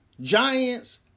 Giants